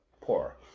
Poor